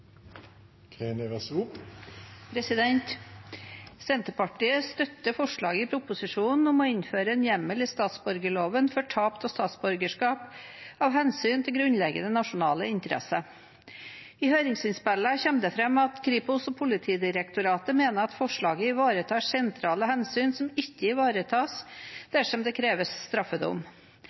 Senterpartiet støtter forslaget i proposisjonen om å innføre en hjemmel i statsborgerloven for tap av statsborgerskap av hensyn til grunnleggende nasjonale interesser. I høringsinnspillene kommer det fram at Kripos og Politidirektoratet mener at forslaget ivaretar sentrale hensyn som ikke ivaretas dersom det kreves straffedom.